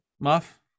muff